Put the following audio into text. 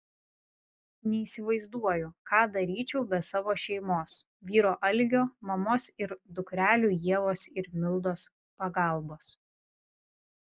neįsivaizduoju ką daryčiau be savo šeimos vyro algio mamos ir dukrelių ievos ir mildos pagalbos